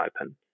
open